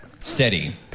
Steady